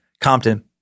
Compton